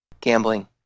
Gambling